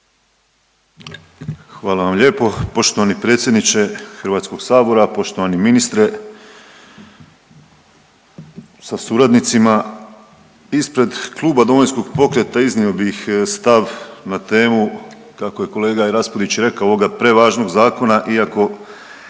Hvala vam lijepo poštovani predsjedniče HS-a, poštovani ministre sa suradnicima. Ispred Kluba Domovinskog pokreta iznio bih stav na temu kako je kolega Raspudić rekao, ovoga prevažnog Zakona iako